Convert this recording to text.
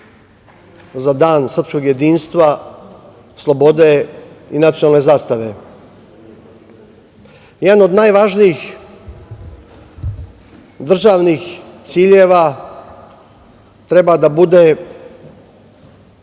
za Dan srpskog jedinstva, slobode i nacionalne zastave. Jedan od najvažnijih državnih ciljeva treba da bude